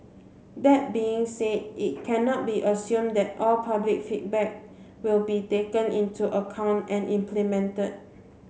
that being said it cannot be assumed that all public feedback will be taken into account and implemented